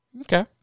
Okay